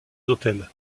hôtels